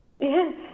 Yes